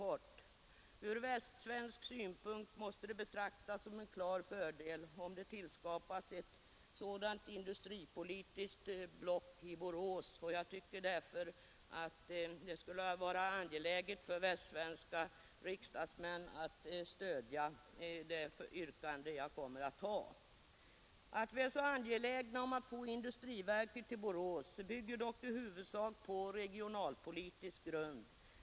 Från västsvensk synpunkt måste det betraktas som en klar fördel om det tillskapas ett sådant industripolitiskt block i Borås. Jag tycker därför att det borde vara angeläget för västsvenska riksdagsmän att stödja det yrkande som jag kommer att ställa. Att vi är så angelägna om att få industriverket till Borås bygger dock i Nr 83 huvudsak på regionalpolitisk grund.